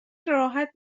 راحت